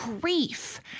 grief